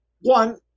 One